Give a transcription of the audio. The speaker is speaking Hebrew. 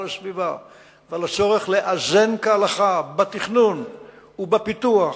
הסביבה ועל הצורך לאזן כהלכה בין תכנון ופיתוח,